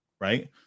Right